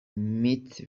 met